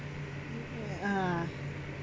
uh